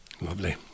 Lovely